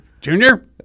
Junior